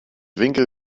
winkel